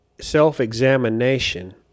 self-examination